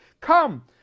Come